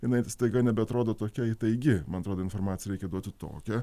jinai staiga nebeatrodo tokia įtaigi man atrodo informaciją reikia duoti tokią